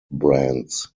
brands